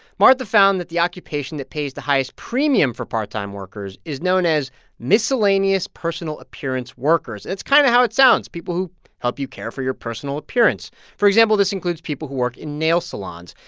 martha found that the occupation that pays the highest premium for part-time workers is known as miscellaneous personal appearance workers. it's kind of how it sounds people who help you care for your personal appearance for example, this includes people who work in nail salons.